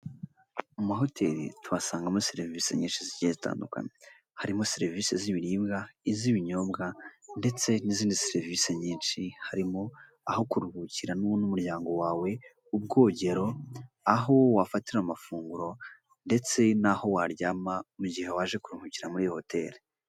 Mu mahoteli tuhasangamo serivisi nyinshi zi zitandukanye, harimo serivisi z'ibiribwa, iz'ibinyobwa ndetse n'izindi serivisi nyinshi, harimo aho kuruhukira n'umuryango wawe, ubwogero, aho wafatira amafunguro ndetse n'aho waryama mu gihe waje kuruhukira muri iyi hoteli.